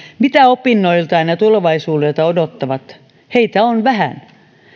mitä opinnoiltaan ja tulevaisuudelta odottavat on vähän